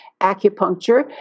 acupuncture